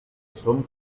son